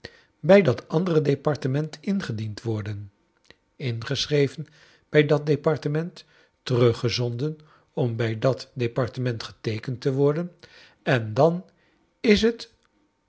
bij dat andere departement ingediend worden ingeschreven bij dat departement teruggezonden om bij dat departement geteekend te worden en dan is het